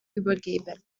übergeben